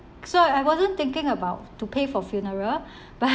so I wasn't thinking about to pay for funeral but